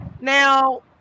Now